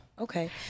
okay